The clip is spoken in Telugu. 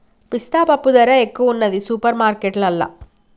పిస్తా పప్పు ధర ఎక్కువున్నది సూపర్ మార్కెట్లల్లా